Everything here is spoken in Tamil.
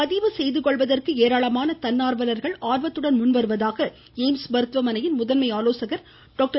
பதிவு செய்துகொள்வதற்கு ஏராளமான தன்னார்வலர்கள் ஆர்வத்துடன் முன்வருவதாக எய்ம்ஸ் மருத்துவமனையின் முதன்மை ஆலோசகர் டாக்டர்